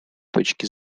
точки